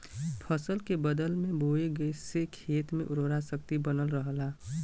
फसल के बदल के बोये से खेत के उर्वरा शक्ति बनल रहला